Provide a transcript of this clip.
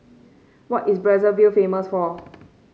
what is Brazzaville famous for